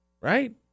right